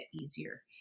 easier